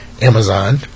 Amazon